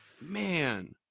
Man